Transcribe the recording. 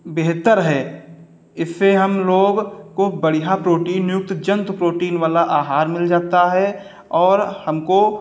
बेहतर है इससे हम लोग को बढ़िया प्रोटीन युक्त जन्तु प्रोटीन वाला आहार मिल जाता है और हमको